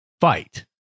fight